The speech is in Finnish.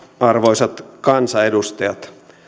arvoisat kansanedustajat